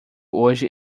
hoje